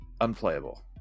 unplayable